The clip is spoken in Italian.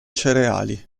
cereali